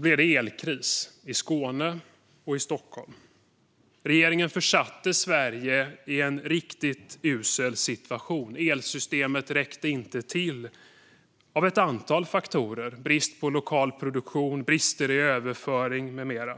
blev det elkris i Skåne och Stockholm. Regeringen försatte Sverige i en riktigt usel situation. Elsystemet räckte inte till på grund av ett antal faktorer, bland annat brist på lokal produktion och brist i överföring.